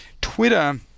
Twitter